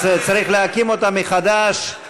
אז צריך להקים אותה מחדש.